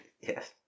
Yes